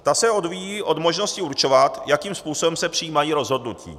Ta se odvíjí od možnosti určovat, jakým způsobem se přijímají rozhodnutí.